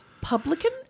publican